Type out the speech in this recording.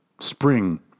spring